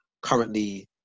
currently